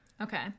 Okay